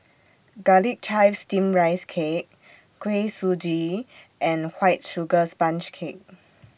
Garlic Chives Steamed Rice Cake Kuih Suji and White Sugar Sponge Cake